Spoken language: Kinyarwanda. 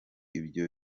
ibyo